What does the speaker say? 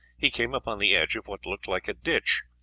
he came upon the edge of what looked like a ditch,